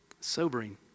Sobering